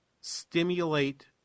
stimulate